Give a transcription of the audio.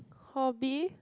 hobby